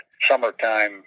summertime